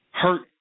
Hurt